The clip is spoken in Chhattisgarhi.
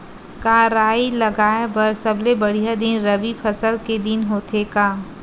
का राई लगाय बर सबले बढ़िया दिन रबी फसल के दिन होथे का?